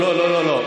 לא, לא,